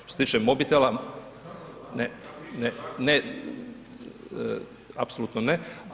Što se tiče mobitela, ne, apsolutno ne.